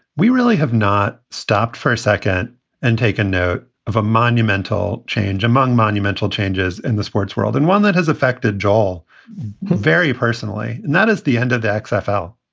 we really have not stopped for a second and taken note of a monumental change among monumental changes in the sports world and one that has affected joel very personally, and that is the end of the xfl